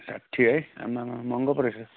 साठी है आम्मामा महँगो पो रहेछ त